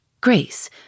Grace